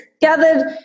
gathered